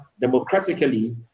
democratically